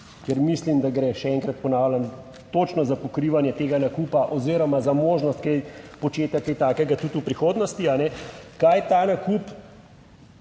ker mislim, da gre, še enkrat ponavljam, točno za pokrivanje tega nakupa oziroma za možnost, kaj, počet kaj takega tudi v prihodnosti, kajne, kaj ta nakup